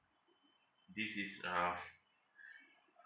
this is uh